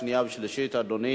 בעד,